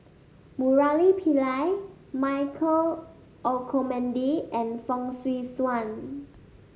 Murali Pillai Michael Olcomendy and Fong Swee Suan